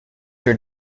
your